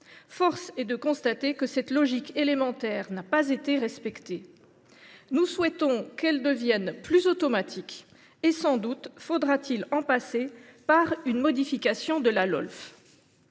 Force est de constater que cette logique élémentaire n’a pas été respectée. Nous souhaitons qu’elle devienne plus automatique, et sans doute faudra t il en passer par une modification de la Lolf.